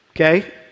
okay